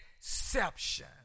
exception